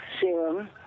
serum